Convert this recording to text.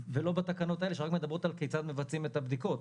ולא בתקנות האלה שרק מדברות על כיצד מבצעים את הבדיקות.